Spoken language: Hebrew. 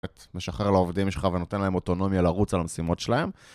משחרר לעובדים שלך ונותן להם אוטונומיה לרוץ על המשימות שלהם.